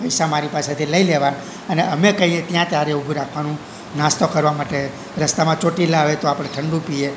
પૈસા મારી પાસેથી લઈ લેવા અને અમે કહીએ ત્યાં તારે ઊભી રાખવાનું નાસ્તો કરવા માટે રસ્તામાં ચોટીલા આવે તો આપણે ઠંડુ પીએ